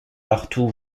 partout